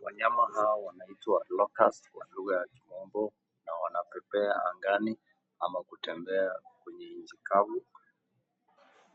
Wanyama hawa wanaitwa locust kwa lugha ya kimombo na wanapepea angani ama kutembea kwenye inchi kavu.